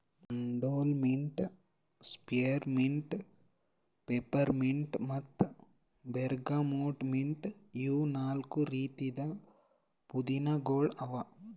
menthol mint, spearmint, peppermint ಮತ್ತ bergamot mint ಇವು ನಾಲ್ಕು ರೀತಿದ್ ಪುದೀನಾಗೊಳ್ ಅವಾ